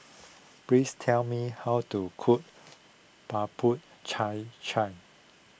please tell me how to cook Bubur Cha Cha